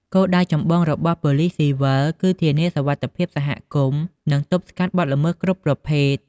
គោលដៅចម្បងរបស់ប៉ូលិសស៊ីវិលគឺការធានាសុវត្ថិភាពសហគមន៍និងការទប់ស្កាត់បទល្មើសគ្រប់ប្រភេទ។